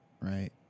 right